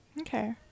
Okay